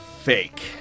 Fake